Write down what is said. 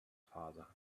father